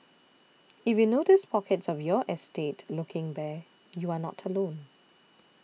if you notice pockets of your estate looking bare you are not alone